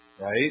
right